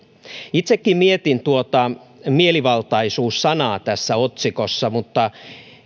itsekin mietin tuota mielivaltaisuus sanaa tässä otsikossa mutta